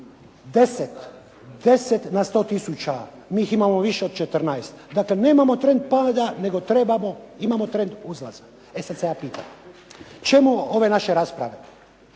10 na 100 tisuća, mi ih imamo više od 14, dakle, nemamo trend pada, nego imamo trend uzlaza. E sada se ja pitam, čemu ove naše rasprave?